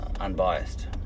unbiased